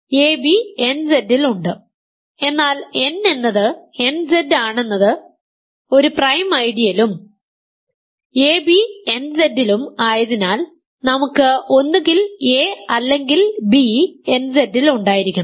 അതിനാൽ ab nZ ൽ ഉണ്ട് എന്നാൽ n എന്നത് nZ ആണെന്നത് ഒരു പ്രൈം ഐഡിയലും ab nZ ലും ആയതിനാൽ നമുക്ക് ഒന്നുകിൽ a അല്ലെങ്കിൽ b nZ ൽ ഉണ്ടായിരിക്കണം